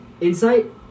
Insight